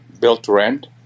built-to-rent